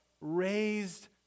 raised